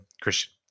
Christian